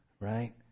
right